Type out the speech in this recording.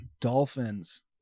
Dolphins